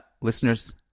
listeners